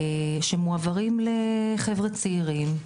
שמועברים לחבר'ה צעירים,